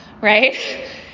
right